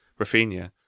Rafinha